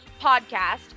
podcast